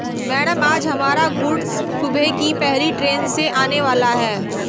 madam आज हमारा goods सुबह की पहली ट्रैन से आने वाला है